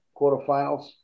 quarterfinals